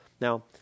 Now